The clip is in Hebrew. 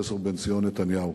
פרופסור בנציון נתניהו.